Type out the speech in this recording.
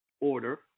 order